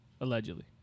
allegedly